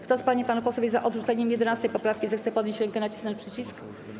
Kto z pań i panów posłów jest za odrzuceniem 11. poprawki, zechce podnieść rękę i nacisnąć przycisk.